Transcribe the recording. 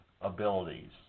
abilities